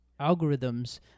algorithms